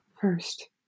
First